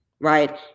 right